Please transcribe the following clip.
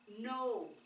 no